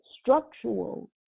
structural